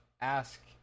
ask